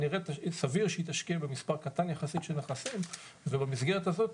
סביר שהיא תשקיע במספר קטן יחסית של נכסים ובמסגרת הזאת